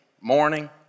morning